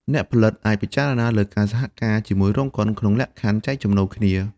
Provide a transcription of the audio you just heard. អ្នកផលិតអាចពិចារណាលើការសហការជាមួយរោងកុនក្នុងលក្ខខណ្ឌចែកចំណូលគ្នា។